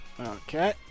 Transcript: Okay